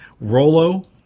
rolo